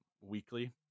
weekly